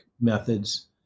methods